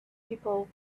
people